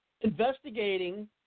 investigating